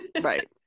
Right